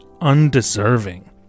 undeserving